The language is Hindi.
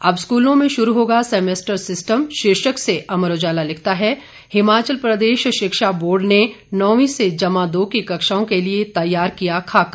अब स्कूलों में शुरू होगा सेमेस्टर सिस्टम शीर्षक से अमर उजाला लिखता है हिमाचल प्रदेश शिक्षा बोर्ड ने नौवीं से जमा दो की कक्षाओं के लिए तैयार किया खाका